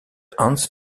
hans